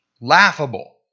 Laughable